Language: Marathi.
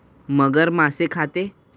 मगर मासे खाते